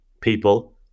people